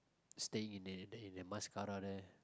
stay in the air then in mascara there